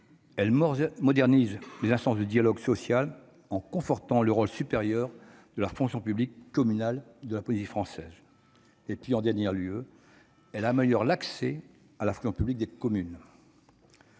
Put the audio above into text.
elle modernise les instances de dialogue social, en confortant le rôle du Conseil supérieur de la fonction publique des communes de la Polynésie française. En dernier lieu, elle améliore l'accès à la fonction publique communale.